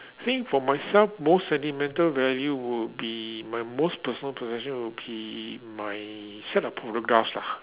I think for myself most sentimental value would be my most personal possession would be my set of photographs lah